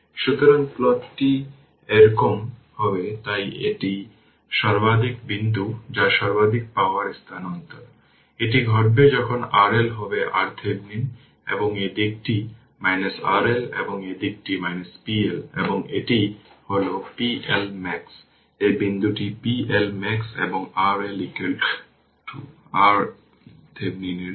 সুতরাং প্লটটি এরকম হবে তাই এটি সর্বাধিক বিন্দু যা সর্বাধিক পাওয়ার স্থানান্তর এটি ঘটবে যখন RL হবে RThevenin এবং এই দিকটি RL এবং এই দিকটি p L এবং এটি হল pLmax এই বিন্দুটি pLmax এবং এটি RL RThevenin এর জন্য